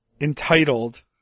entitled